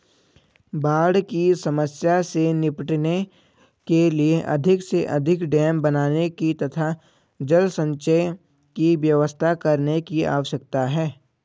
बाढ़ की समस्या से निपटने के लिए अधिक से अधिक डेम बनाने की तथा जल संचय की व्यवस्था करने की आवश्यकता है